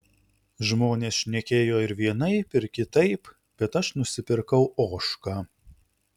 žmonės šnekėjo ir vienaip ir kitaip bet aš nusipirkau ožką